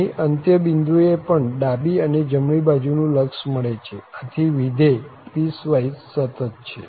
અહીં અંત્ય બિંદુ એ પણ ડાબી અને જમણી બાજુનું લક્ષ મળે છે આથી વિધેય પીસવાઈસ સતત છે